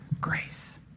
grace